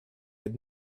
had